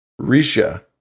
Risha